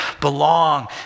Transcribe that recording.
belong